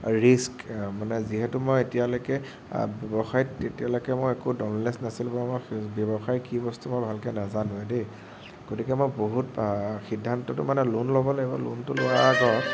risk মানে যিহেতু মই এতিয়ালৈকে ব্য়ৱসায়ত এতিয়ালৈকে মই একো ডনলেজ নাছিল বাৰু মোৰ ব্য়ৱসায় কি বস্তু মই ভালকৈ নাজানোয়েই দেই গতিকে মই বহুত সিদ্ধান্তটো মানে লোণ ল'ব লাগিব লোণটো লোৱাৰ আগত লোণটো লোৱাৰ আগত